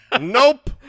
Nope